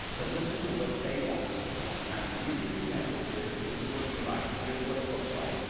to listen to what they want to see done, and i can give you an example here, if this is working right, just what it looks like.